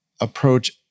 approach